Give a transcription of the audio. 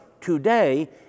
today